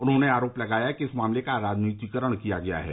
उन्होंने आरोप लगाया कि इस मामले का राजनीतिकरण किया गया है